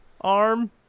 arm